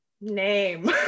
name